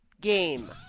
game